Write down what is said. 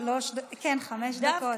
כן, חמש דקות.